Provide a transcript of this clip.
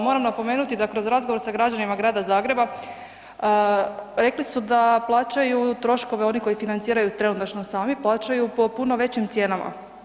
Moram napomenuti, da kroz razgovor sa građanima grada Zagreba, rekli su da plaćaju troškove oni koji financiraju trenutačno sami, plaćaju po puno većim cijenama.